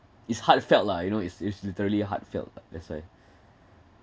it's heartfelt lah you know it's it's literally heartfelt uh that's why